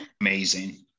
amazing